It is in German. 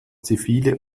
zivile